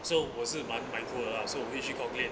so 我是满 my 途 lah so 彼时 calculate